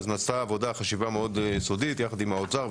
נעשתה עבודה וחשיבה יסודית מאוד יחד עם האוצר.